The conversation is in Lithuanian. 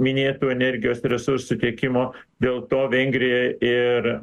minėtų energijos resursų tiekimo dėl to vengrija ir